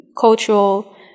cultural